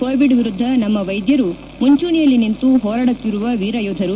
Covid ವಿರುದ್ಧ ನಮ್ಮ ವೈದ್ಯರು ಮುಂಚೂಣಿಯಲ್ಲಿ ನಿಂತು ಹೋರಾಡುತ್ತಿರುವ ವೀರಯೋಧರು